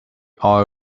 oil